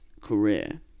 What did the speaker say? career